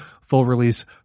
full-release